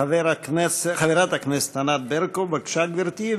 חברת הכנסת ענת ברקו, בבקשה, גברתי.